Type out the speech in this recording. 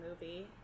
movie